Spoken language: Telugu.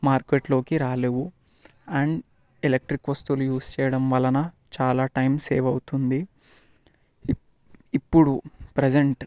మార్కెట్లోకి రాలేవు అండ్ ఎలక్ట్రిక్ వస్తువులు యూస్ చేయడం వలన చాలా టైం సేవ్ అవుతుంది ఇప్పుడు ప్రజెంట్